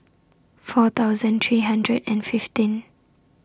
four thousand three hundred and fifteen